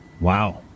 Wow